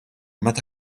meta